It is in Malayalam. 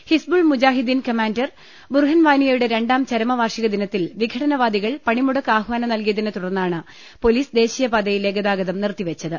ഹിസ്ബൂൾ മുജാഹിദ്ദീൻ കമാൻഡർ ബുർഹൻവാനിയുടെ രണ്ടാം ചരമവാർഷികദിനത്തിൽ വിഘടനവാദികൾ പണിമുടക്ക് ആഹ്വാനം നൽകിയതിനെതുടർന്നാണ് പൊലീസ് ദേശീയ പാതയിലെ ഗതാഗതം നിർത്തിവെച്ചത്